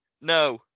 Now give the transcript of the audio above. No